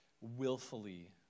willfully